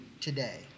today